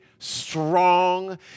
strong